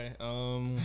okay